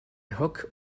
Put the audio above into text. hook